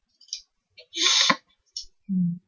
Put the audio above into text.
mm